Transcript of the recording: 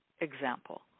example